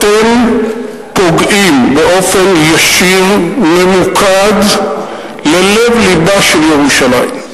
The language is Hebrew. אתם פוגעים באופן ישיר וממוקד בלב לבה של ירושלים.